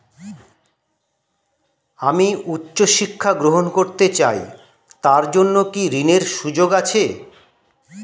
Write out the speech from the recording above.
আমি উচ্চ শিক্ষা গ্রহণ করতে চাই তার জন্য কি ঋনের সুযোগ আছে?